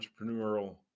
entrepreneurial